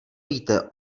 víte